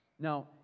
Now